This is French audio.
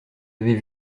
avez